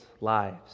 lives